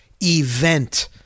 event